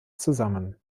zusammen